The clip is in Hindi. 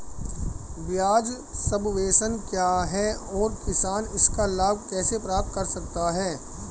ब्याज सबवेंशन क्या है और किसान इसका लाभ कैसे प्राप्त कर सकता है?